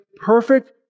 perfect